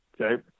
okay